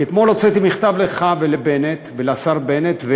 כי אתמול הוצאתי מכתב לך ולשר בנט,